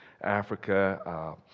Africa